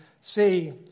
see